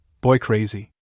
boy-crazy